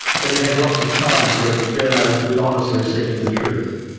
but he had lots of time for a journo who was honestly seeking the truth.